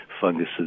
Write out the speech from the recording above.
funguses